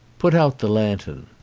put out the lantern.